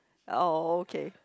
oh okay